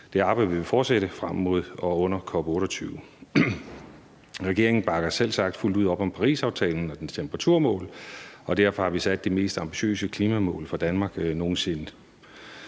Det arbejde vil vi fortsætte frem mod og under COP28. Regeringen bakker selvsagt fuldt ud op om Parisaftalen og dens temperaturmål, og derfor har vi sat de mest ambitiøse klimamål for Danmark nogen sinde.